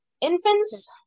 infants